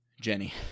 Jenny